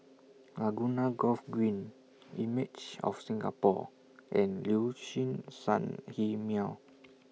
Laguna Golf Green Images of Singapore and Liuxun Sanhemiao